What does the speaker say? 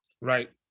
Right